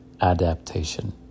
adaptation